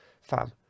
fam